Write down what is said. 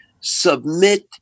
submit